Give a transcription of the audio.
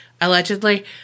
allegedly